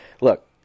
look